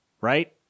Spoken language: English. right